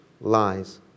lies